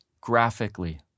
graphically